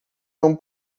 não